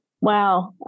wow